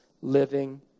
living